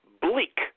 Bleak